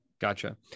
Gotcha